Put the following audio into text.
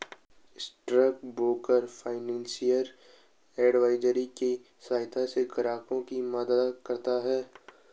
stock broker financial advisory के सहायता से ग्राहकों की मदद करता है